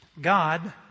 God